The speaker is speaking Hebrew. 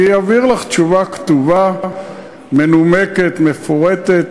אני אעביר לך תשובה כתובה, מנומקת, מפורטת.